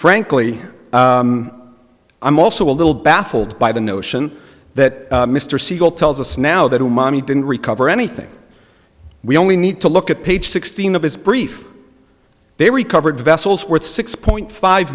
frankly i'm also a little baffled by the notion that mr siegel tells us now that mommy didn't recover anything we only need to look at page sixteen of his brief they recovered vessels worth six point five